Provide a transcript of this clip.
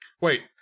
Wait